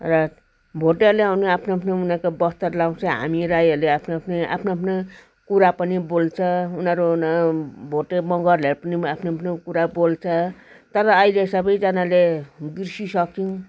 र भोटेहरूले पनि आफ्नो आफ्नो उनारको वस्त्र लाउँछ हामी राईहरूले आफ्नो आफ्नै आफ्नो आफ्नो कुरा पनि बोल्छ उनीहरू उनीहरू भोटे मगरहरूले पनि आफ्नो आफ्नो कुरा बोल्छ तर अहिले सबैजनाले बिर्सिसक्यौँ